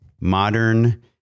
modern